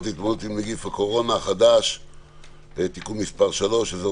להתמודדות עם נגיף הקורונה החדש (תיקון מס' 3) (אזור